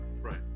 right